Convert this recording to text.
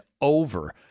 over